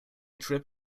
trip